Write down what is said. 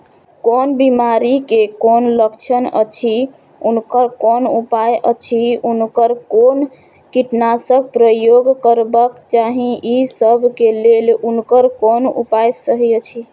कोन बिमारी के कोन लक्षण अछि उनकर कोन उपाय अछि उनकर कोन कीटनाशक प्रयोग करबाक चाही ई सब के लेल उनकर कोन उपाय सहि अछि?